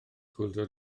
chwyldro